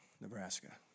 Nebraska